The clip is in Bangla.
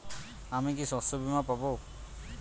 আমি কি শষ্যবীমা পাব?